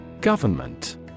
Government